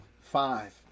five